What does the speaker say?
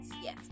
yes